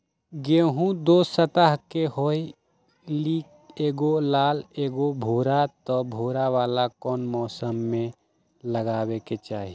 गेंहू दो तरह के होअ ली एगो लाल एगो भूरा त भूरा वाला कौन मौसम मे लगाबे के चाहि?